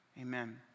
Amen